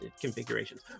configurations